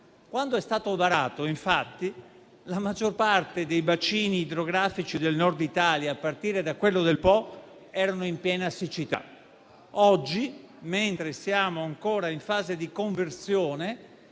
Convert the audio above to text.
quando è stato varato, infatti, la maggior parte dei bacini idrografici del Nord Italia, a partire da quello del Po, erano in piena siccità. Oggi, mentre siamo ancora in fase di conversione,